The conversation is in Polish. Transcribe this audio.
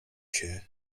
się